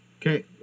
Okay